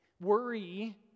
Worry